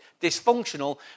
dysfunctional